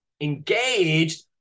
engaged